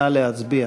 נא להצביע.